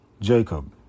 Jacob